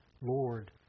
Lord